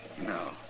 No